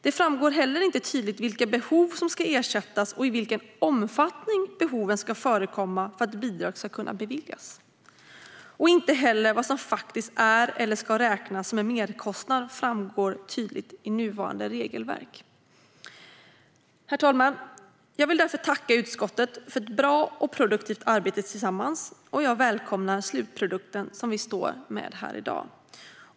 Det framgår inte tydligt vilka behov som ska ersättas och i vilken omfattning behoven ska förekomma för att bidrag ska kunna beviljas, och inte heller vad som faktiskt är eller ska räknas som en merkostnad framgår tydligt i nuvarande regelverk. Herr talman! Jag vill därför tacka utskottet för ett bra och produktivt arbete tillsammans, och jag välkomnar slutprodukten som vi står med här i dag.